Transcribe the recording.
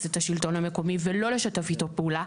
את השלטון המקומי ולא לשתף איתו פעולה.